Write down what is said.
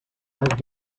have